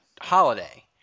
holiday